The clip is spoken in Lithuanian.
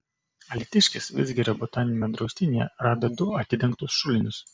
alytiškis vidzgirio botaniniame draustinyje rado du atidengtus šulinius